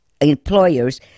employers